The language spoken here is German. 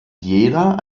jeder